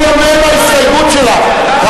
הוא עונה על ההסתייגות שלך.